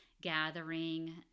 gathering